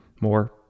more